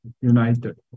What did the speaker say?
united